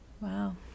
Wow